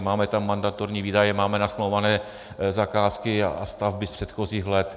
Máme tam mandatorní výdaje, máme nasmlouvané zakázky a stavby z předchozích let.